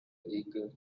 eagle